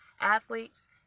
athletes